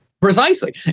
Precisely